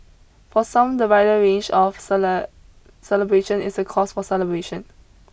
for some the wider range of salad celebration is a cause for celebration